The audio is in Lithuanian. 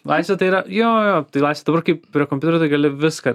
laisvė tai yra jo jo tai laisvė dabar kai prie kompiuterio tai gali viską